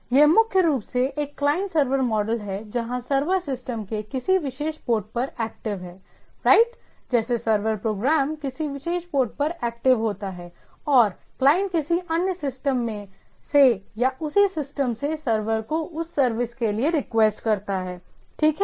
तो यह मुख्य रूप से एक क्लाइंट सर्वर मॉडल है जहां सर्वर सिस्टम के किसी विशेष पोर्ट पर एक्टिव है राइट जैसे सर्वर प्रोग्राम किसी विशेष पोर्ट पर एक्टिव होता है और क्लाइंट किसी अन्य सिस्टम से या उसी सिस्टम से सर्वर को उस सर्विस के लिए रिक्वेस्ट करता है ठीक है